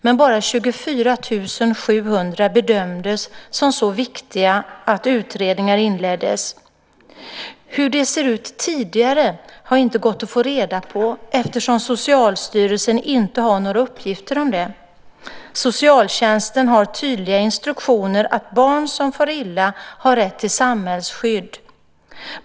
Men bara 24 700 bedömdes som så viktiga att utredningar inleddes. Hur det sett ut tidigare har det inte gått att få reda på eftersom Socialstyrelsen inte har några uppgifter om det. Socialtjänsten har tydliga instruktioner om att barn som far illa har rätt till samhällsskydd.